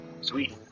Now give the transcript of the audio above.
sweet